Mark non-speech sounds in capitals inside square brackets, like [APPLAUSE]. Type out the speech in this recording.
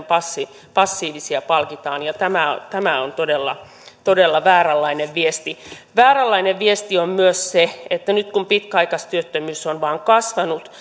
[UNINTELLIGIBLE] passiivisia passiivisia palkitaan ja tämä tämä on todella todella vääränlainen viesti vääränlainen viesti on myös se että nyt kun pitkäaikaistyöttömyys on vain kasvanut [UNINTELLIGIBLE]